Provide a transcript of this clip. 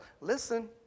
Listen